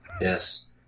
Yes